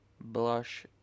Blush